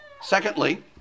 Secondly